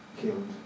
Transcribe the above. killed